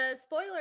spoiler